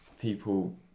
people